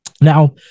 Now